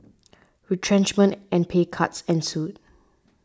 retrenchment and pay cuts ensued